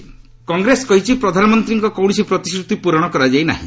କଂଗ୍ରେସ ସିଧ କଂଗ୍ରେସ କହିଛି ପ୍ରଧାନମନ୍ତ୍ରୀଙ୍କ କୌଣସି ପ୍ରତିଶ୍ରୁତି ପୂରଣ କରାଯାଇ ନାହିଁ